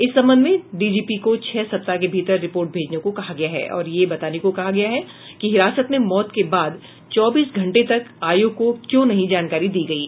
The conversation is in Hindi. इस संबंध में डीजीपी को छह सप्ताह के भीतर रिपोर्ट भेजने को कहा गया है और यह बताने को कहा गया है कि हिरासत में मौत के बाद चौबीस घंटे के भीतर आयोग को क्यों नहीं जानकारी दी गयी